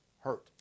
hurt